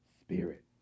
Spirit